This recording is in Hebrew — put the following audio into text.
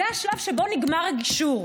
זה השלב שבו נגמר הגישור.